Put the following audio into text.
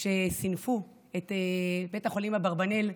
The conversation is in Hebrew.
שסינפו את בית החולים אברבנאל,